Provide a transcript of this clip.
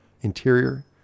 Interior